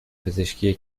پزشکی